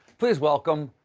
please welcome,